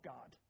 God